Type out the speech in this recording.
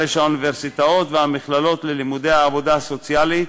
הרי שהאוניברסיטאות והמכללות ללימודי העבודה הסוציאלית